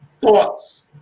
thoughts